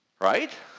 right